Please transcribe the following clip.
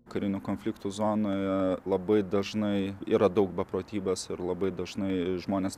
karinių konfliktų zonoje labai dažnai yra daug beprotybės ir labai dažnai žmonės